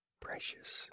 precious